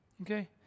Okay